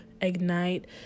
ignite